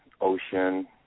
ocean